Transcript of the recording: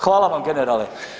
Hvala vam generale.